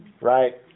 Right